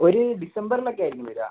ഒരു ഡിസംബറിൽ ഒക്കെ ആയിരിക്കും വരുക